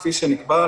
כפי שנקבע,